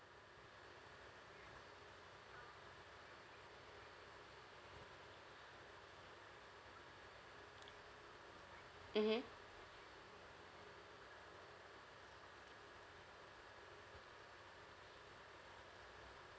mmhmm